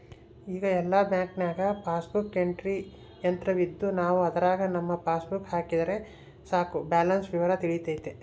ಈಗ ಎಲ್ಲ ಬ್ಯಾಂಕ್ನಾಗ ಪಾಸ್ಬುಕ್ ಎಂಟ್ರಿ ಯಂತ್ರವಿದ್ದು ನಾವು ಅದರಾಗ ನಮ್ಮ ಪಾಸ್ಬುಕ್ ಹಾಕಿದರೆ ಸಾಕು ಬ್ಯಾಲೆನ್ಸ್ ವಿವರ ತಿಳಿತತೆ